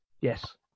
Yes